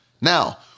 Now